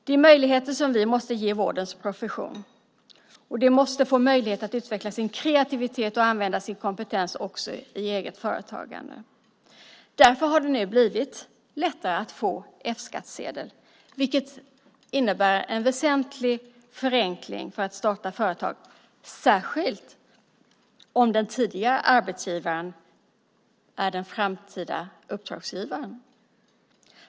Det är möjligheter som vi måste ge vårdens profession, och de måste få möjlighet att utveckla sin kreativitet och använda sin kompetens också i eget företagande. Därför har det nu blivit lättare att få F-skattsedel, vilket innebär en väsentlig förenkling för att starta företag, särskilt om den tidigare arbetsgivaren är den framtida uppdragsgivaren.